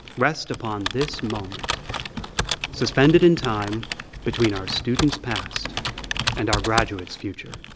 rest upon this moment suspended in time between our students' past and our graduate's future.